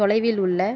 தொலைவில் உள்ள